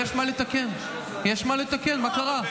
יש מה לתקן, יש מה לתקן, מה קרה?